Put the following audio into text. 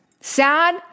Sad